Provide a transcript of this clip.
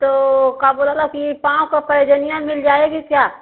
तो का बोला ला कि पाँव का पैजनियाँ मिल जाएगी क्या